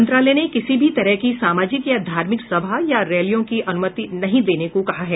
मंत्रालय ने किसी भी तरह की सामाजिक या धार्मिक सभा और रैलियों की अनुमति नहीं देने को कहा है